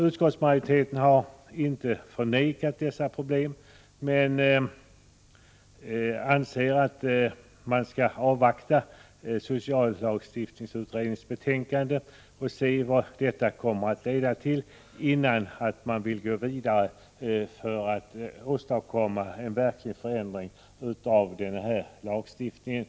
Utskottsmajoriteten har inte förnekat dessa problem men anser att man skall avvakta socialavgiftsutredningens betänkande och se vad det leder till innan man går vidare och försöker åstadkomma en verklig förändring av den här lagstiftningen.